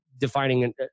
defining